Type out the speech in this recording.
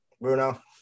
Bruno